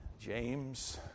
James